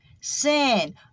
Sin